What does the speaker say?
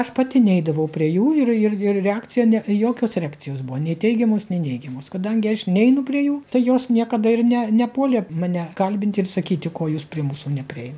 aš pati neidavau prie jų ir ir ir reakcija ne jokios reakcijos buvo nei teigiamos nei neigiamos kadangi aš neinu prie jų tai jos niekada ir ne nepuolė mane kalbinti ir sakyti ko jūs prie musų nepriei